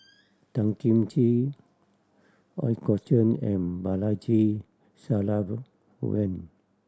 Tan Kim Ching Ooi Kok Chuen and Balaji Sadasivan